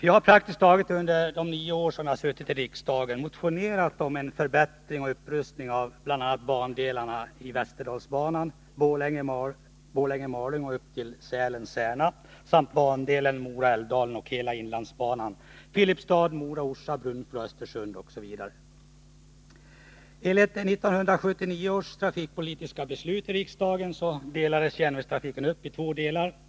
Jag har under praktiskt taget alla de nio år som jag suttit i riksdagen motionerat om förbättring och upprustning av västerdalsbanan, bandelarna Borlänge-Malung och upp till Sälen-Särna, bandelen Mora-Älvdalen och hela inlandsbanan, Filipstad-Mora-Orsa-Brunflo-Östersund osv. Enligt 1979 års trafikpolitiska beslut i riksdagen delades järnvägstrafiken uppi två delar.